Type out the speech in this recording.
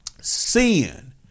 Sin